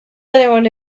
anyone